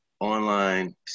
online